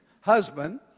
husband